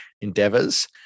endeavors